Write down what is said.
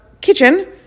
kitchen